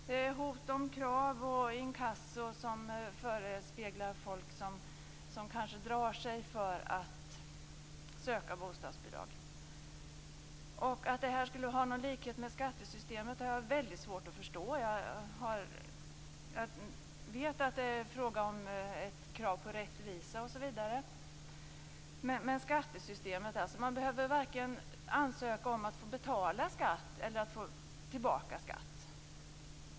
Det är hot om krav och inkasso, som förespeglar folk, som gör att de kanske drar sig för att söka bostadsbidrag. Att detta system skulle ha någon likhet med skattesystemet har jag väldigt svårt att förstå. Jag vet att det finns krav på rättvisa, osv., men man behöver varken ansöka om att få betala skatt eller att få tillbaka skatt.